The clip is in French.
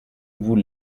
vous